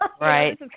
Right